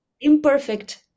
imperfect